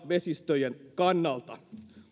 vesistöjen kannalta